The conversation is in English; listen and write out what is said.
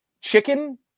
chicken